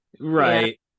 right